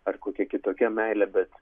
ar kokia kitokia meilė bet